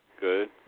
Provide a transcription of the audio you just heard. Good